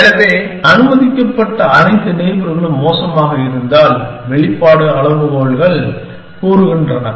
எனவே அனுமதிக்கப்பட்ட அனைத்து நெய்பர்களும் மோசமாக இருந்தால் வெளிப்பாடு அளவுகோல்கள் கூறுகின்றன